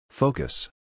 Focus